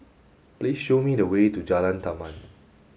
please show me the way to Jalan Taman